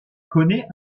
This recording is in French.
connaît